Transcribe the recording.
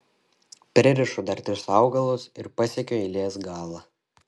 pririšu dar tris augalus ir pasiekiu eilės galą